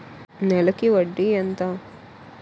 నెలకి వడ్డీ ఎంత?